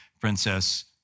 Princess